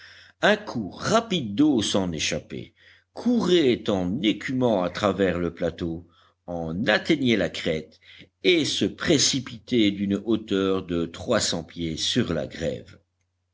un cours rapide d'eau s'en échappait courait en écumant à travers le plateau en atteignait la crête et se précipitait d'une hauteur de trois cents pieds sur la grève